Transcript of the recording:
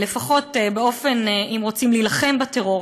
אם רוצים להילחם בטרור,